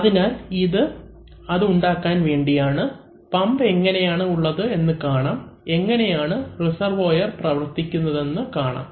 അതിനാൽ ഇത് അത് ഉണ്ടാക്കാൻ വേണ്ടിയാണ് പമ്പ് എങ്ങനെയാണ് ഉള്ളത് എന്ന് കാണാം എങ്ങനെയാണ് റിസർവോയർപ്രവർത്തിക്കുന്നതെന്ന് കാണാം